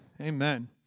Amen